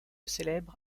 célèbre